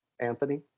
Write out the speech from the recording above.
Anthony